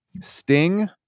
Sting